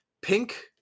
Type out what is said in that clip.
pink